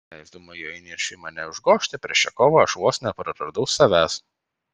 leisdama jo įniršiui mane užgožti per šią kovą aš vos nepraradau savęs